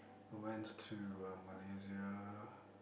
I went to um Malaysia